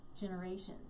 generations